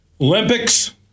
Olympics